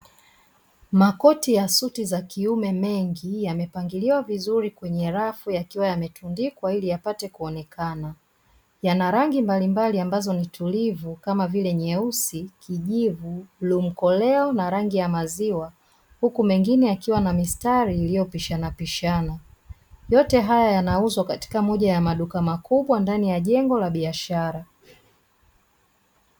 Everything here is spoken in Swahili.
Makoti ya suti za kiume mengi, yamepangiliwa vizuri kwe rafu yakiwa yametundikwa ili yapate kuonekana. Yana rangi mbalimbali ambazo ni tulivu, kama vile: nyeusi, kijivu, bluu mkoleo na rangi ya maziwa, huku mengine yakiwa na mistari iliyopishanapishana. Yote haya yanauzwa katika moja ya maduka makubwa ndani ya jengo la biashara.